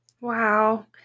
Wow